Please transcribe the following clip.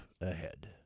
ahead